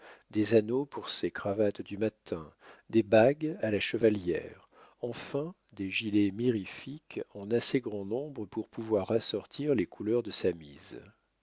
des anneaux pour ses cravates du matin des bagues à la chevalière enfin des gilets mirifiques en assez grand nombre pour pouvoir assortir les couleurs de sa mise